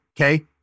okay